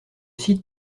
site